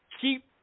keep